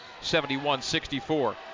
71-64